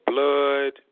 Blood